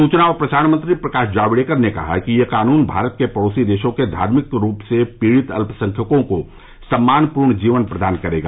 सूचना और प्रसारण मंत्री प्रकाश जावड़ेकर ने कहा कि यह कानून भारत के पड़ोसी देशों के धार्मिक रूप से पीड़ित अल्पसंख्यकों को सम्मानपूर्ण जीवन प्रदान करेगा